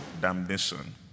damnation